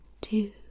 two